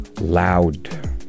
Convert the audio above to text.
loud